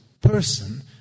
person